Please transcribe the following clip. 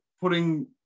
putting